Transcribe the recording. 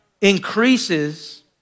increases